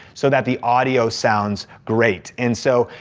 so that the audio sounds great. and so,